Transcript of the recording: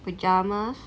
pyjama